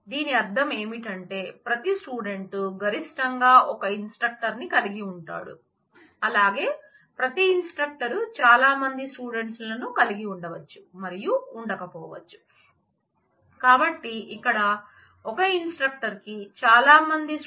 దీనిని ఈ విధంగా సూచిస్తాము